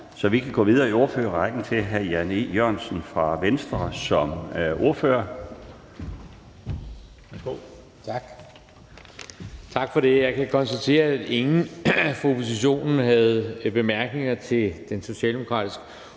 så vi kan gå videre i ordførerrækken til hr. Jan E. Jørgensen fra Venstre som ordfører. Værsgo. Kl. 16:44 (Ordfører) Jan E. Jørgensen (V): Tak for det. Jeg kan konstatere, at ingen fra oppositionen havde bemærkninger til den socialdemokratiske ordførers